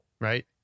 right